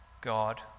God